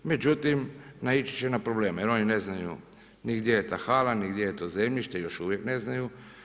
Međutim, naići će na probleme jer oni ne znaju ni gdje je ta hala, ni gdje je to zemljište, još uvijek ne znaju.